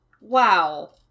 wow